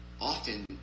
often